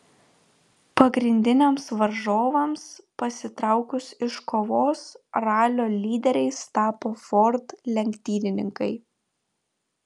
pagrindiniams varžovams pasitraukus iš kovos ralio lyderiais tapo ford lenktynininkai